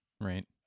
right